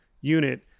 unit